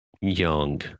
young